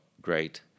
great